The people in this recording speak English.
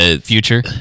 Future